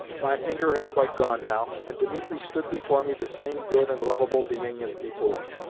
my anger had quite gone now, and dimitri stood before me the same good and lovable being as before.